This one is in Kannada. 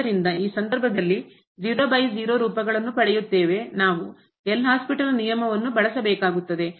ಆದ್ದರಿಂದ ಈ ಸಂದರ್ಭದಲ್ಲಿ 00 ರೂಪಗಳನ್ನು ಪಡೆಯುತ್ತೇವೆ ನಾವು L'ಹಾಸ್ಪಿಟಲ್ ನಿಯಮವನ್ನು ಬಳಸಬೇಕಾಗುತ್ತದೆ